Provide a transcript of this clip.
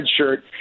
redshirt